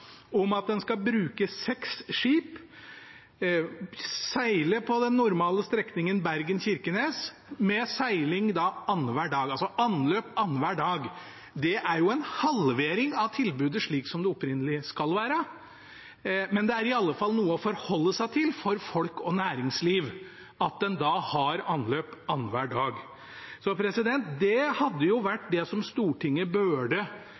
om at en skal bruke seks skip og seile på den normale strekningen Bergen–Kirkenes med anløp annenhver dag. Det er jo en halvering av tilbudet slik det opprinnelig skal være, men det er i alle fall noe å forholde seg til for folk og næringsliv – at en har anløp annenhver dag. Det er jo det Stortinget burde